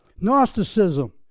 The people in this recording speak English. Gnosticism